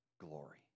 glory